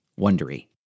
Wondery